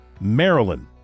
Maryland